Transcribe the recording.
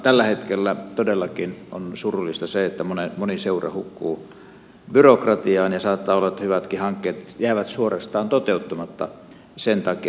tällä hetkellä todellakin on surullista se että moni seura hukkuu byrokratiaan ja saattaa olla että hyvätkin hankkeet jäävät suorastaan toteuttamatta sen takia